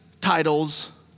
titles